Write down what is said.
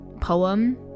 poem